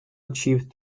achieved